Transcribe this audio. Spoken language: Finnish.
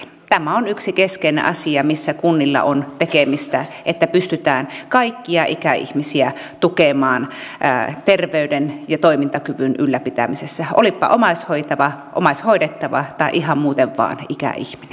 tämä on yksi keskeinen asia missä kunnilla on tekemistä että pystytään kaikkia ikäihmisiä tukemaan terveyden ja toimintakyvyn ylläpitämisessä olipa omaishoitava omaishoidettava tai ihan muuten vaan ikäihminen